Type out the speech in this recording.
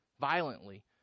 violently